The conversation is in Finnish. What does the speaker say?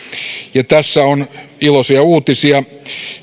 tässä on iloisia uutisia